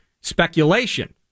speculation